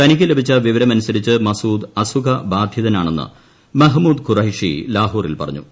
തനിക്ക് ലഭിച്ച വിവരമനുസരിച്ച് മസൂദ് അസുഖ ബാധിതനാന്നെന്ന് മെഹ്മൂദ് ഖുറൈശി ലാഹോറിൽ പറഞ്ഞു